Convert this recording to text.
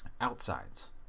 outsides